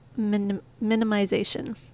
minimization